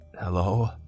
Hello